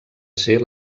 ser